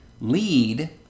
lead